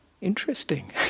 interesting